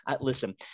Listen –